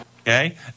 Okay